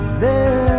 the